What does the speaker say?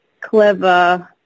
clever